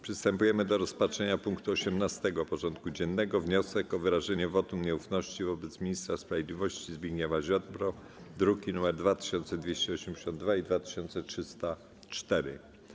Przystępujemy do rozpatrzenia punktu 18. porządku dziennego: Wniosek o wyrażenie wotum nieufności wobec Ministra Sprawiedliwości - Zbigniewa Ziobro (druki nr 2282 i 2304)